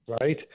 Right